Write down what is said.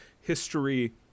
history